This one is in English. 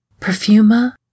Perfuma